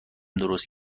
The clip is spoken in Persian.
درست